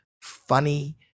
funny